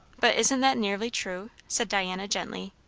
but isn't that nearly true? said diana gently.